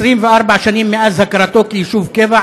24 שנים מאז ההכרה בו כיישוב קבע,